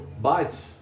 bites